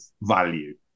value